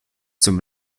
zum